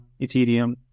Ethereum